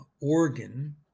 Organ